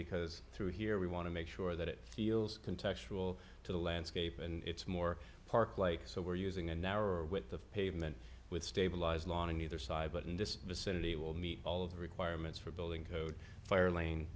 because through here we want to make sure that it feels contractual to the landscape and it's more parklike so we're using a narrower with the pavement with stabilized law on either side but in this vicinity will meet all of the requirements for building code fire lane